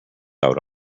out